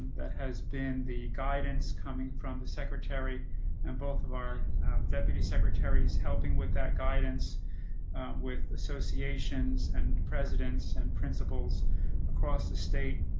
that has been the guidance coming from the secretary and both of our deputy secretaries helping with that guidance with associations and presidents and principals across the state.